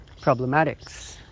problematics